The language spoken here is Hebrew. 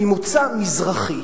ממוצא מזרחי.